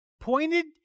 pointed